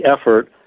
effort